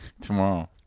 Tomorrow